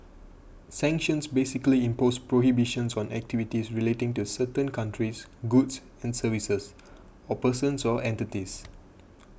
sanctions basically impose prohibitions on activities relating to certain countries goods and services or persons or entities